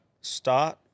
Start